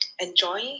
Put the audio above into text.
enjoy